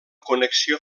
connexió